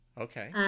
Okay